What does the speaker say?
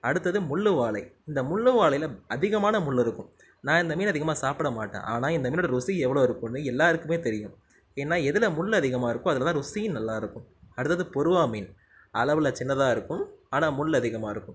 அடுத்தது முள் வாலை இந்த முள் வாலையில அதிகமான முள் இருக்கும் நான் இந்த மீன் அதிகமாக சாப்பிட மாட்டேன் ஆனால் இந்த மீனோட ருசி எவ்வளோ இருக்கும்னு எல்லாருக்குமே தெரியும் ஏன்னா எதில் முள் அதிகமாக இருக்கோ அதில் தான் ருசியும் நல்லாயிருக்கும் அடுத்தது பொறுவா மீன் அளவில் சின்னதாக இருக்கும் ஆனால் முள் அதிகமாக இருக்கும்